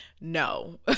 no